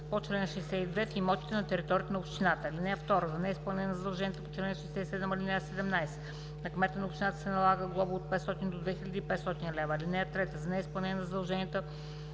по чл. 62 в имотите на територията на общината. (2) За неизпълнение на задължението по чл. 67, ал. 17 на кмета на общината се налага глоба от 500 до 2500 лв. (3) За неизпълнение на задължението